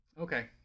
okay